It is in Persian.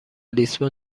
لیسبون